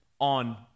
on